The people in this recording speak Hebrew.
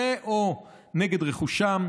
ו/או נגד רכושם,